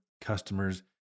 customers